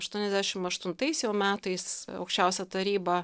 aštuoniasdešimt aštuntais jau metais aukščiausia taryba